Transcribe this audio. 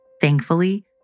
Thankfully